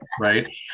right